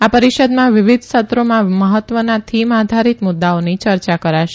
આ રીષદમાં વિવિધ સત્રોમાં મહત્વના થીમ આધારીત મુદ્દાઓની ચર્ચા કરાશે